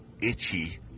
itchy